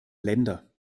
länder